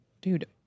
Dude